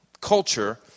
culture